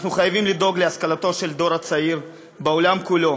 אנחנו חייבים לדאוג להשכלתו של הדור הצעיר בעולם כולו